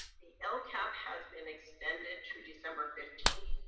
the lcap has been extended through december fifteenth,